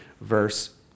verse